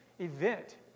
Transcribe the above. event